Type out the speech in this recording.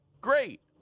great